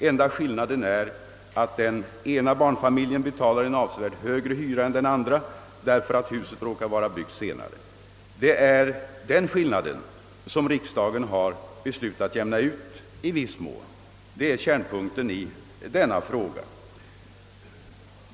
Enda skillnaden är att den ena barnfamiljen betalar en avsevärt högre hyra än den andra, därför att huset råkar vara byggt senare. Det är denna skillnad som riksdagen beslutat att i viss mån utjämna. Detta är kärnpunkten i denna fråga.